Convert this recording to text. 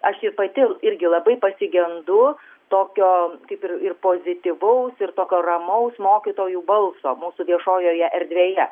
aš pati irgi labai pasigendu tokio kaip ir pozityvaus ir tokio ramaus mokytojų balso mūsų viešojoje erdvėje